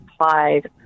applied